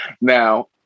Now